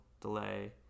delay